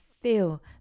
feel